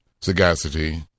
sagacity